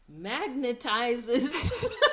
magnetizes